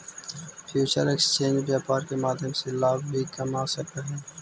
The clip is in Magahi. फ्यूचर एक्सचेंज व्यापार के माध्यम से लाभ भी कमा सकऽ हइ